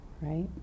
Right